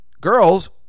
girls